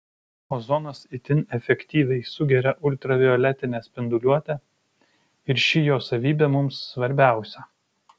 ozonas itin efektyviai sugeria ultravioletinę spinduliuotę ir ši jo savybė mums svarbiausia